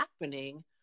happening